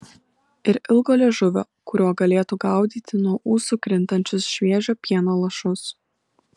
ir ilgo liežuvio kuriuo galėtų gaudyti nuo ūsų krintančius šviežio pieno lašus